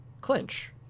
clinch